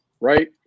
right